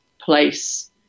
place